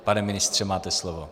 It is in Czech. Pane ministře, máte slovo.